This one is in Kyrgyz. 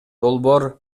долбоор